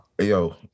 Yo